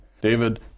David